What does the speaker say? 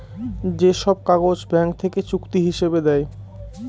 যে সব কাগজ ব্যাঙ্ক থেকে চুক্তি হিসাবে দেয়